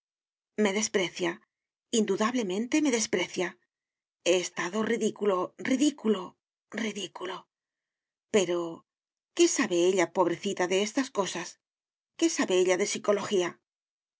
me desprecia indudablemente me desprecia he estado ridículo ridículo ridículo pero qué sabe ella pobrecita de estas cosas qué sabe ella de psicología